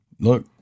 look